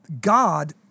God